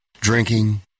Drinking